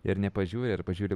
ir nepažiūri ar pažiūri